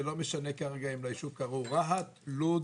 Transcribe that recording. ולא משנה כרגע אם ליישוב קראו רהט, לוד